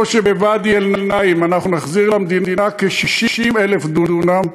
שבוואדי-אלנעם אנחנו נחזיר למדינה כ-60,000 דונם,